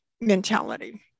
mentality